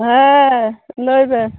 ᱦᱮᱸ ᱞᱟᱹᱭ ᱵᱮᱱ